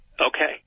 Okay